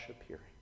appearing